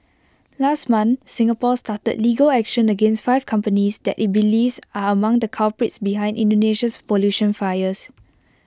last month Singapore started legal action against five companies that IT believes are among the culprits behind Indonesia's pollution fires